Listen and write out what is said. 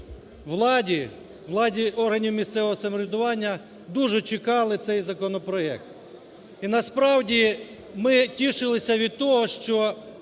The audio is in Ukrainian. владі, владі органів місцевого самоврядування, дуже чекали цей законопроект. І насправді, ми тішилися від того, що